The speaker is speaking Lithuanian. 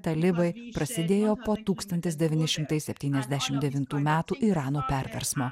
talibai prasidėjo po tūkstantis devyni šimtai septyniasdešimt devintų metų irano perversmo